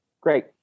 Great